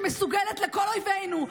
שמסוגלת לכל אויבינו.